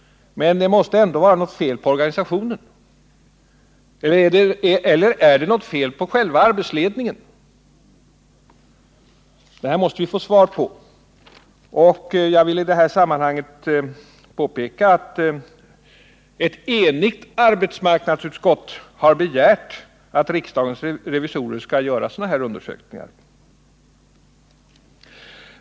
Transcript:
Men det måste vara något fel på organisationen. Eller är det något fel på arbetsledningen? Dessa frågor måste vi få svar på. Jag vill i detta sammanhang påpeka att ett enigt arbetsmarknadsutskott har begärt att riksdagens revisorer skall göra sådana undersökningar.